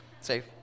safe